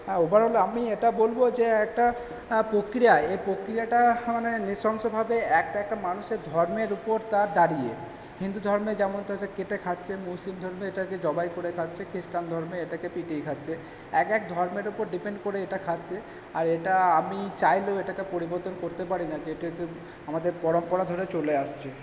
হ্যাঁ ওভারল আমি এটা বলবো যে একটা প্রক্রিয়া এ প্রক্রিয়াটা মানে নৃশংসভাবে একটা একটা ধর্মের উপর তার দাঁড়িয়ে হিন্দু ধর্মে যেমন তা সে কেটে খাচ্ছে মুসলিম ধর্মে এটাকে জবাই করে খাচ্ছে খ্রিস্টান ধর্মে এটাকে পিটিয়ে খাচ্ছে একেক ধর্মের ওপর ডিপেন্ড করে এটা খাচ্ছে আর এটা আমি চাইলেও এটাকে পরিবর্তন করতে পারি না যে আমাদের পরম্পরা ধরে চলে আসছে